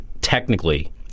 technically